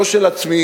לא של עצמי,